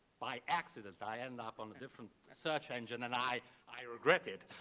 by accident, i end up on a different search engine and i i regret it.